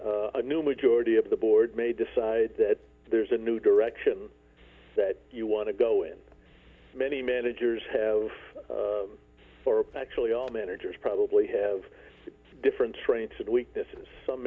a new majority of the board may decide that there's a new direction set you want to go in many managers have for actually all managers probably have different strengths and weaknesses some